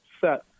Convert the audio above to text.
set